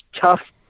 tough